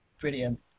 brilliant